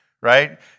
Right